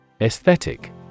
Aesthetic